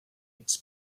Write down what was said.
its